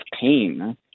pain